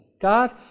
God